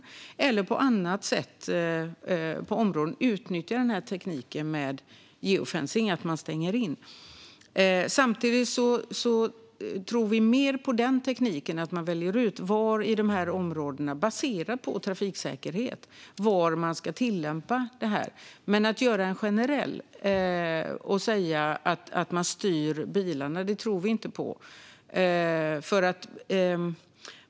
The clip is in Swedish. Man kan också på annat sätt utnyttja tekniken på områden med geofencing, det vill säga att man stänger in. Samtidigt tror vi mer på den tekniken. Man väljer ut var i områdena, baserat på trafiksäkerhet, som man ska tillämpa det. Men att göra det generellt och säga att man styr bilarna tror vi inte på.